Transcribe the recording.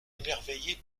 émerveillé